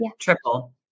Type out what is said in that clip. triple